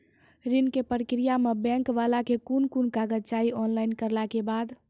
ऋण के प्रक्रिया मे बैंक वाला के कुन कुन कागज चाही, ऑनलाइन करला के बाद?